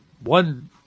one